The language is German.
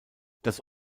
das